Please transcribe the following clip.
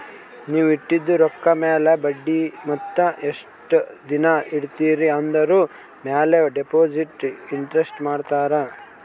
ನೀವ್ ಇಟ್ಟಿದು ರೊಕ್ಕಾ ಮ್ಯಾಲ ಬಡ್ಡಿ ಮತ್ತ ಎಸ್ಟ್ ದಿನಾ ಇಡ್ತಿರಿ ಆಂದುರ್ ಮ್ಯಾಲ ಡೆಪೋಸಿಟ್ ಇಂಟ್ರೆಸ್ಟ್ ಮಾಡ್ತಾರ